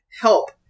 help